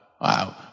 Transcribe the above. Wow